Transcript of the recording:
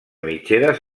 mitgeres